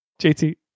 JT